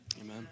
Amen